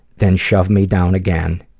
then shove me down again.